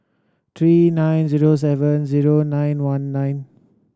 three nine zero seven zero nine one nine